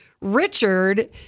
Richard